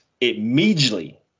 immediately